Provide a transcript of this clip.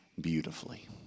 beautifully